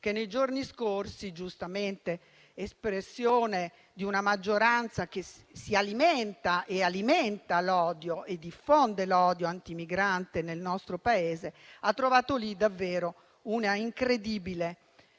che nei giorni scorsi, giustamente - espressione di una maggioranza che si alimenta, alimenta e diffonde l'odio anti-migrante nel nostro Paese - hanno raggiunto un incredibile